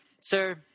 sir